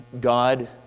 God